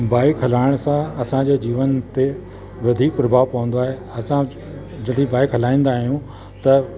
bike हलाइण सां असांजे जीवन ते वधीक प्रभाव पवंदो आहे असां जॾहिं बाइक हलाईंदा आहियूं त